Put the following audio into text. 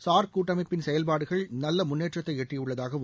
SAARC கூட்டமைப்பின் செயல்பாடுகள் நல்ல முன்னேற்றத்தை எட்டியுள்ளதாகவும்